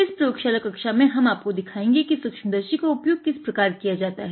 इस प्रयोगशाला कक्षा में हम आपको दिखायेंगे कि सूक्ष्मदर्शी का उपयोग किस प्रकार किया जाता है